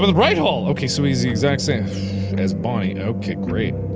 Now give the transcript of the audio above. but right hall. ok so he is the exact same as bonnie. ok great.